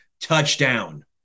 Touchdown